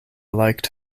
liked